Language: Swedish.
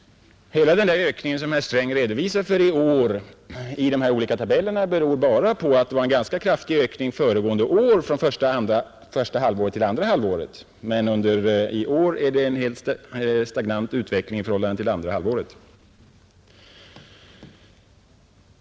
Hela ökningen i nationalprodukten för i år som herr Sträng redovisar i de olika tabellerna beror bara på att det föregående år var en ganska kraftig ökning från första till andra halvåret, medan i år utvecklingen är stagnant i förhållande till andra halvåret 1970.